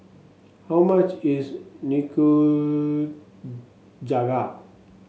how much is Nikujaga